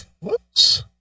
whoops